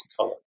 color